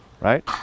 Right